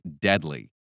deadly